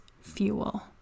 fuel